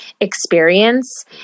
experience